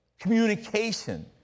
communication